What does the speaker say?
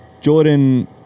Jordan